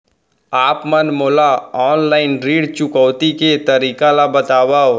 आप मन मोला ऑनलाइन ऋण चुकौती के तरीका ल बतावव?